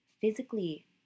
physically